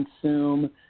consume